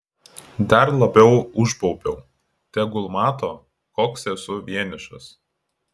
dar labiau užbaubiau tegul mato koks esu vienišas